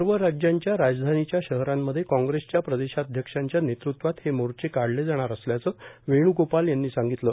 सर्व राज्यांच्या राजधानीच्या शहरांमध्ये काँग्रेसच्या प्रदेशाध्यक्षांच्या नेतृत्वात हे मोर्चे काढले जाणार असल्याचं वेण्गोपाल यांनी सांगितलं